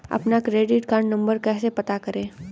अपना credit card number कैसे पता करें?